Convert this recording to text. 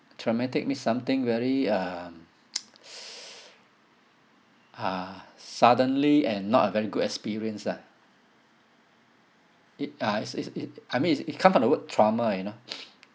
traumatic means something very um uh suddenly and not a very good experience ah it uh it it's it's I mean it it come from the word trauma you know